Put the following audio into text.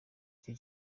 icyo